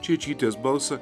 čeičytės balsą